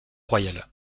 royale